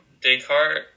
descartes